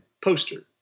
poster